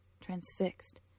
transfixed